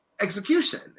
execution